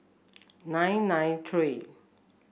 nine nine three